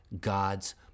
God's